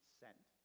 sent